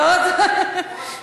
עוד פעם המרכז,